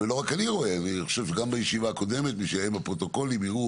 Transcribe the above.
ולא רק אני: מי שיעיין בפרוטוקולים יראה